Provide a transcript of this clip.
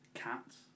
Cats